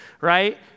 right